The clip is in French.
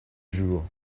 jour